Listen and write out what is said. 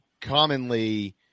commonly